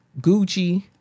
Gucci